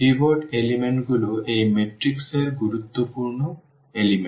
pivot উপাদানগুলি এই matrix এর গুরুত্বপূর্ণ উপাদান